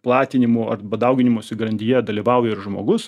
platinimo arba dauginimosi grandyje dalyvauja ir žmogus